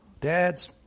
Dads